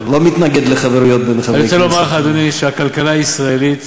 בסדר, אני לא מתנגד לחברויות בין חברי כנסת.